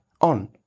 On